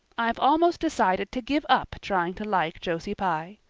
i've almost decided to give up trying to like josie pye.